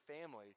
family